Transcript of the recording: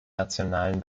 nationalen